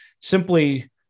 simply